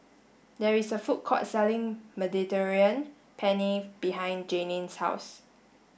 there is a food court selling Mediterranean Penne behind Janine's house